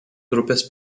grupės